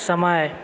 समय